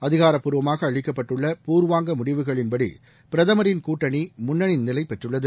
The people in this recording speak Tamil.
அதிகாரப்பூர்வமாக அளிக்கட்பட்டுள்ள பூர்வாங்க முடிவுகளின்படி பிரதமரின் கூட்டணி முன்னணி நிலை பெற்றுள்ளது